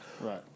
Right